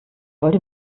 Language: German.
wollte